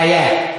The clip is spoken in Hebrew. חייאה.